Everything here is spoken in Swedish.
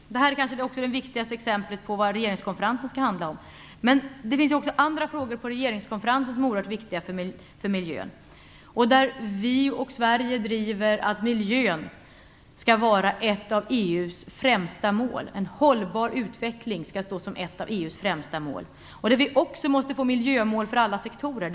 Det här är kanske också det viktigaste exemplet på vad regeringskonferensen skall handla om. Men det finns ju också andra frågor på regeringskonferensen som är oerhört viktiga för miljön. Sverige driver att en hållbar utveckling skall vara ett av EU:s främsta mål. Vi måste också få miljömål för alla sektorer.